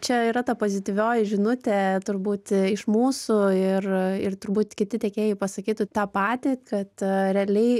čia yra ta pozityvioji žinutė turbūt iš mūsų ir ir turbūt kiti tiekėjai pasakytų tą patį kad realiai